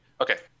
okay